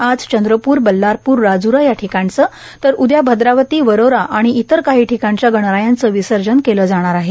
आज चंद्रपूर बल्लारपूर राज्रा याठिकाचे तर उद्या भद्रावती वरोरा व इतर काही ठिकाणच्या गणरायाचं विसर्जन केलं जाणार आहे